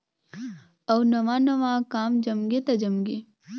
अउ नवा नवा काम जमगे त जमगे